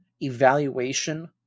evaluation